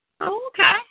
Okay